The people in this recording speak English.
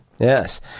Yes